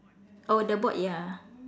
oh the board ya